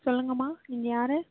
சொல்லுங்கள்ம்மா நீங்கள் யார்